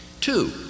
Two